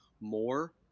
more